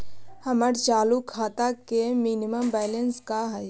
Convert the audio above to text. हमर चालू खाता के मिनिमम बैलेंस का हई?